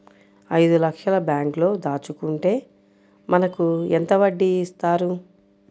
ఐదు లక్షల బ్యాంక్లో దాచుకుంటే మనకు ఎంత వడ్డీ ఇస్తారు?